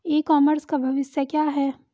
ई commerce का भविष्य क्या है?